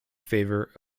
favour